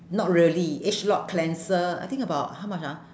not really age lock cleanser I think about how much ah